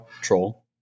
Troll